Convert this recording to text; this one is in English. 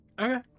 Okay